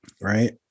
right